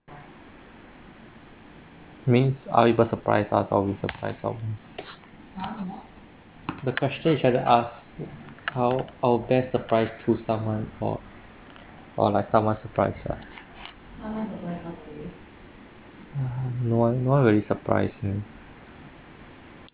means are able surprise us or we surprise someone the question is try to ask how our best surprise to someone or or like someone surprise us no eh no one really surprise me